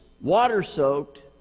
water-soaked